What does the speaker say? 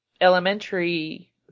Elementary